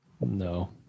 No